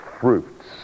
fruits